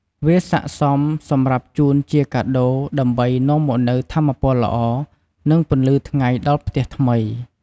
វាស័ក្តិសមសម្រាប់ជូនជាកាដូដើម្បីនាំមកនូវថាមពលល្អ និងពន្លឺថ្ងៃដល់ផ្ទះថ្មី។